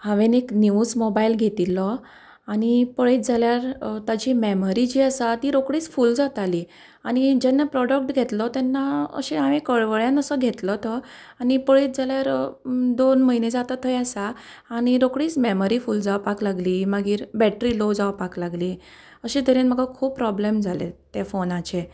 हांवेन एक न्यूवच मोबायल घेतिल्लो आनी पळयत जाल्यार ताची मॅमरी जी आसा ती रोखडीच फूल जाताली आनी जेन्ना प्रोडक्ट घेतलो तेन्ना अशें हांवे कळवळ्यान असो घेतलो तो आनी पळयत जाल्यार दोन म्हयने जाता थंय आसा आनी रोखडीच मॅमरी फूल जावपाक लागली मागीर बॅटरी लो जावपाक लागली अशें तरेन म्हाका खूब प्रोब्लम जाले ते फोनाचे